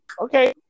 Okay